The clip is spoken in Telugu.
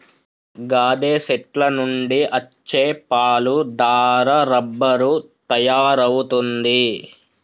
గాదె సెట్ల నుండి అచ్చే పాలు దారా రబ్బరు తయారవుతుంది